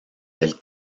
del